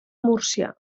múrcia